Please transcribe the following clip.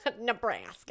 Nebraska